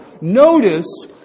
Notice